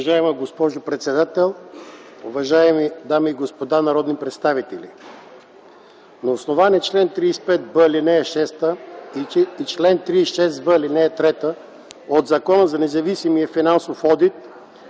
Уважаема госпожо председател, уважаеми дами и господа народни представители! „На основание чл. 35б, ал. 6 и чл. 35в, ал. 3 от Закона за независимия финансов одит